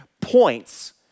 points